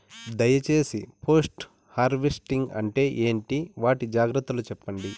దయ సేసి post harvesting అంటే ఏంటి? వాటి జాగ్రత్తలు సెప్పండి?